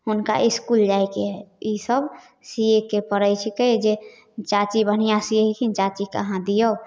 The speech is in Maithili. हुनका इसकुल जाइके हइ ईसब सिएके पड़ै छिकै जे चाची बढ़िआँ सिए हकिन चाचीके अहाँ दिऔ